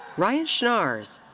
ryan schnarrs.